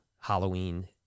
Halloween